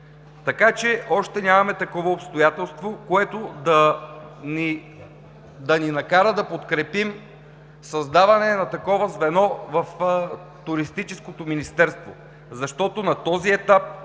Така че още нямаме такова обстоятелство, което да ни накара да подкрепим създаване на такова звено в Туристическото министерство. На този етап